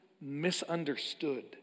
misunderstood